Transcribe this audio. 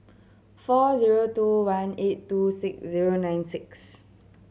four zero two one eight two six zero nine six